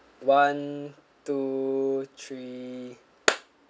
one two three